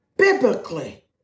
biblically